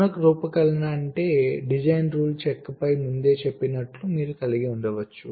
పునః రూపకల్పన అంటే డిజైన్ రూల్ చెక్పై ముందే చెప్పినట్లు మీరు కలిగి ఉండవచ్చు